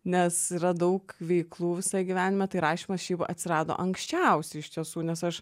nes yra daug veiklų visą gyvenime tai rašymas šiaip atsirado anksčiausiai iš tiesų nes aš